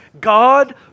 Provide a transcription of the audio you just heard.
God